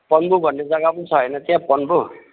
पन्बु भन्ने जग्गा पनि छ होइन त्यहाँ पन्बु